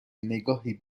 نگاهی